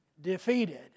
defeated